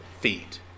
feet